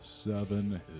Seven